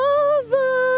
over